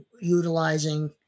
utilizing